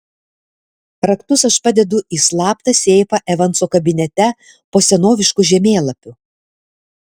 raktus aš padedu į slaptą seifą evanso kabinete po senovišku žemėlapiu